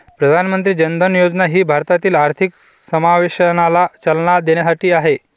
प्रधानमंत्री जन धन योजना ही भारतातील आर्थिक समावेशनाला चालना देण्यासाठी आहे